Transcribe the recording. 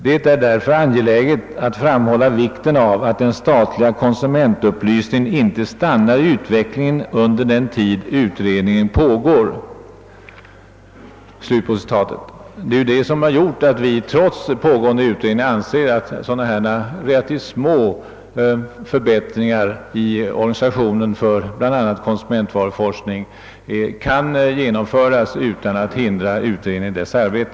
Det är därför angeläget att framhålla vikten av att den statliga konsumentupplysningen inte stannar i utvecklingen under den tid utredningen pågår.» Det är detta som har gjort att vi trots pågående utredning anser att sådana här relativt små förbättringar i organisationen för bland annat konsumentvaruforskning kan genomföras utan att man hindrar utredningen i dess arbete.